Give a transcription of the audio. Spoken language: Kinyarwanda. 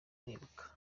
nibuka